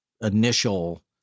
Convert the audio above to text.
initial